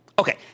Okay